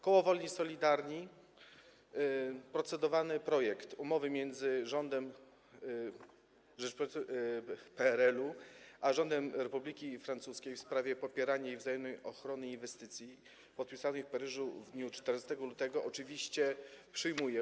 Koło Wolni i Solidarni procedowany projekt umowy między rządem PRL-u a rządem Republiki Francuskiej w sprawie popierania i wzajemnej ochrony inwestycji, podpisanej w Paryżu w dniu 14 lutego, oczywiście przyjmuje.